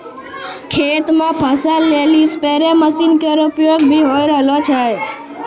खेत म फसल लेलि स्पेरे मसीन केरो उपयोग भी होय रहलो छै